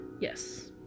Yes